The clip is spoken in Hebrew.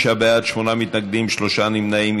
45 בעד, שמונה מתנגדים, שלושה נמנעים.